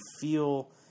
feel